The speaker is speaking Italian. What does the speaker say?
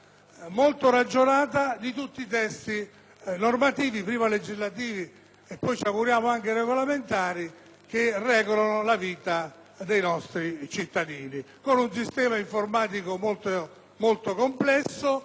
e ragionata di tutti i testi normativi (prima legislativi e poi, ce lo auguriamo, anche regolamentari) che regolano la vita dei nostri cittadini. È un sistema informatico molto complesso,